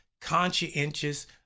conscientious